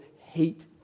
hate